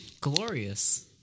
glorious